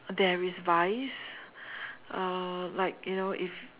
there is vice uh like you know if